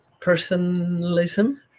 Personalism